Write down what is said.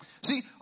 see